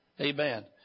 Amen